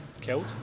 killed